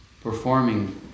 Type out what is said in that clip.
performing